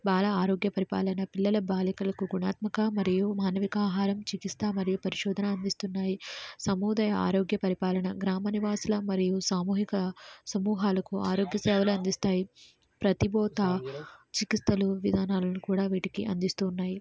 బాలా ఆరోగ్య పరిపాలన పిల్లల బాలికలకు గుణాత్మక మరియు మానవికా ఆహారం చికిత్సా మరియు పరిశోధన అందిస్తున్నాయి సమూదయ ఆరోగ్య పరిపాలన గ్రామ నివాసుల మరియు సామూహిక సమూహాలకు ఆరోగ్య సేవలు అందిస్తాయి ప్రతిబోతా చికిత్సలు విధానాలను కూడా వీటికి అందిస్తూ ఉన్నాయి